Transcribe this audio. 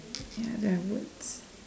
ya don't have words